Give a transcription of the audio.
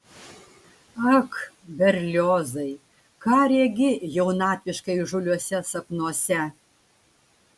ak berliozai ką regi jaunatviškai įžūliuose sapnuose